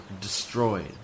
destroyed